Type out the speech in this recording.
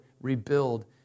rebuild